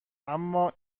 اما